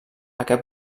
aquest